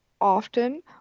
often